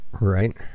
right